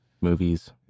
movies